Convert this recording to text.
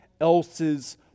else's